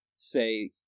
Say